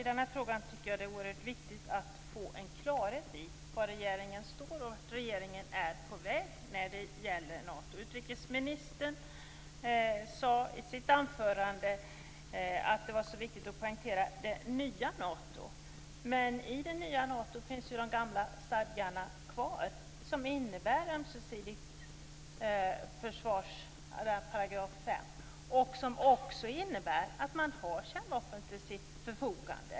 Herr talman! Det är oerhört viktigt att få klarhet i var regeringen står och vart regeringen är på väg när det gäller Nato. Utrikesministern sade i sitt anförande att det var så viktigt att poängtera det nya Nato, men i det nya Nato finns ju de gamla stadgarna kvar i 5 §. Det innebär också att man har kärnvapen till sitt förfogande.